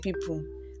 people